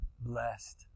blessed